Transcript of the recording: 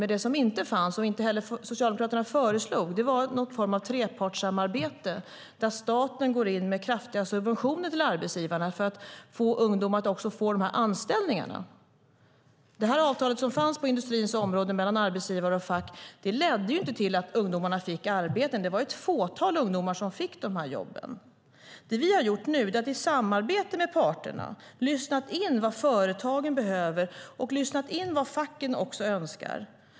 Men det som inte fanns, och inte heller Socialdemokraterna föreslog, var någon form av trepartssamarbete där staten går in med kraftiga subventioner till arbetsgivarna så att ungdomarna får dessa anställningar. Avtalet på industrins område mellan arbetsgivare och fack ledde inte till att ungdomarna fick arbeten. Det var ett fåtal ungdomar som fick jobben. Vi har i samarbete med parterna lyssnat in vad företagen behöver och vad facken önskar.